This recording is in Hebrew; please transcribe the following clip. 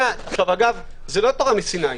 זה לא תורה מסיני,